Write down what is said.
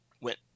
went